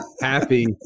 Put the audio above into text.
happy